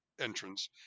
entrance